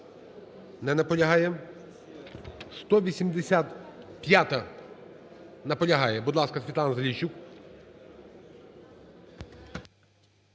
Не наполягає. 185-а. Наполягає. Будь ласка, Світлана Заліщук.